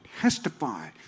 testify